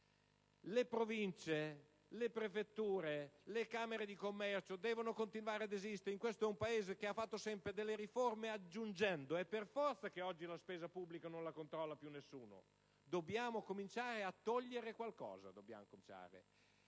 Le Province, le prefetture, le camere di commercio devono continuare ad esistere? Questo è un Paese in cui le riforme hanno sempre aggiunto. Per forza che oggi la spesa pubblica non la controlla più nessuno! Dobbiamo cominciare a togliere qualcosa.